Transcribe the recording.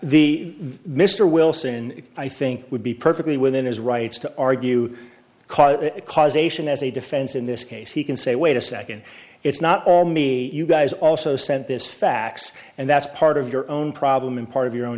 the mr wilson i think would be perfectly within his rights to argue causation as a defense in this case he can say wait a second it's not all me you guys also sent this fax and that's part of your own problem in part of your own